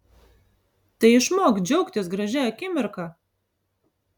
tai išmok džiaugtis gražia akimirka